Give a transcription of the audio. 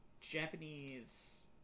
Japanese